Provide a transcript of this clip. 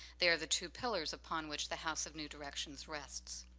they are the two pillars upon which the house of new directions rests.